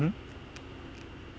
mm